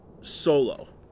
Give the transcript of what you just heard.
solo